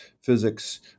physics